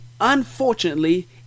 unfortunately